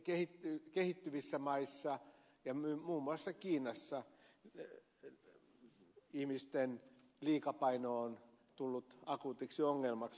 etenkin kehittyvissä maissa ja muun muassa kiinassa ihmisten liikapaino on tullut akuutiksi ongelmaksi